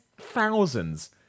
thousands